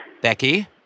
Becky